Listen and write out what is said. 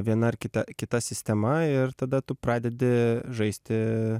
viena ar kita kita sistema ir tada tu pradedi žaisti